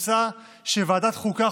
מוצע שוועדת החוקה,